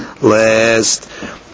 last